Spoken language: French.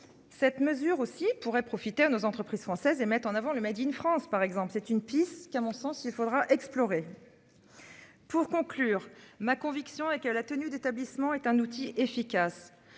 Cette mesure aussi pourrait profiter à nos entreprises françaises et mettent en avant le Made in France, par exemple, c'est une piste qui à mon sens il faudra explorer. Pour conclure, ma conviction est que la tenue d'établissement est un outil efficace.